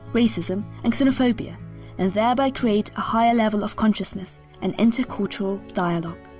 racism and xenophobia and thereby create a higher level of consciousness and intercultural dialogue.